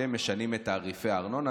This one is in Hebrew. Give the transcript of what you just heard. שמשנים את תעריפי הארנונה.